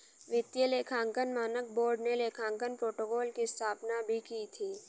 वित्तीय लेखांकन मानक बोर्ड ने लेखांकन प्रोटोकॉल की स्थापना भी की थी